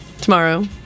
Tomorrow